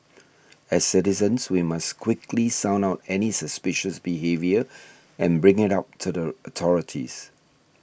as citizens we must quickly sound out any suspicious behaviour and bring it up to the authorities